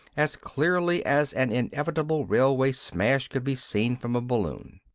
as clearly as an inevitable railway smash could be seen from a balloon.